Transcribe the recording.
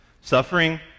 Suffering